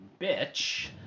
bitch